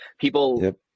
People